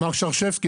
מר שרשבסקי,